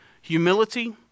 humility